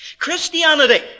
Christianity